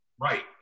right